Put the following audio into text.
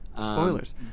Spoilers